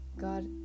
God